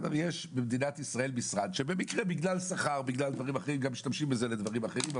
יש במדינת ישראל משרד שבמקרה בגלל שכר ובגלל שמשתמשים בזה לדברים אחרים,